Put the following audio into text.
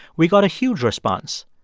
we got a huge response.